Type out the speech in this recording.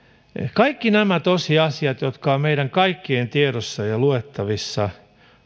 kaikki nämä tosiasiat ovat meidän kaikkien tiedossa ja luettavissa ja